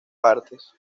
partes